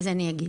אז אני אגיד,